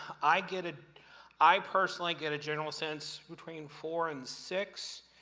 i get it i personally get a general sense, between four and six.